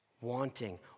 wanting